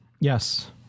Yes